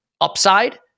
upside